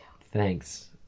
Thanks